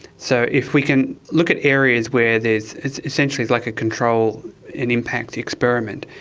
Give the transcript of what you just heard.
so if we can look at areas where there is is essentially like a control and impact experiment,